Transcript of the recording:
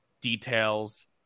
details